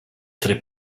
tre